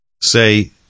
Say